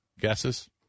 Guesses